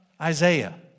Isaiah